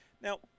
Now